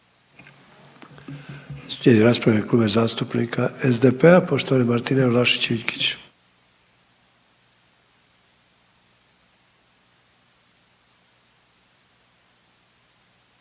raspravu Kluba zastupnika SDP-a poštovana Martina Vlašić Iljkić.